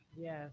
Yes